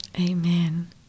Amen